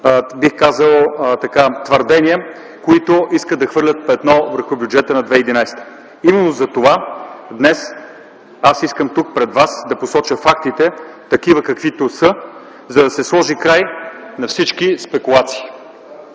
твърдения, които искат да хвърлят петно върху бюджета за 2011 г. Именно затова днес аз искам тук, пред вас, да посоча фактите такива, каквито са, за да се сложи край на всички спекулации.